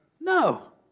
No